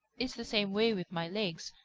it's the same way with my legs.